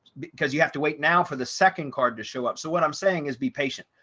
because you have to wait now for the second card to show up. so what i'm saying is be patient,